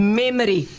memory